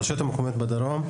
ברשויות המקומיות בדרום,